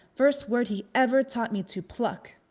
first word he ever taught me to pluck.